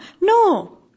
No